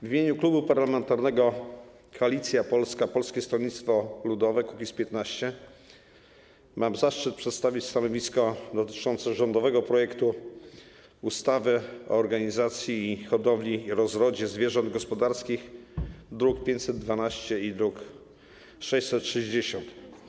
W imieniu Klubu Parlamentarnego Koalicja Polska - Polskie Stronnictwo Ludowego - Kukiz15 mam zaszczyt przedstawić stanowisko dotyczące rządowego projektu ustawy o organizacji hodowli i rozrodzie zwierząt gospodarskich, druki nr 512 i 660.